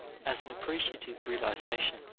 as an appreciative realization,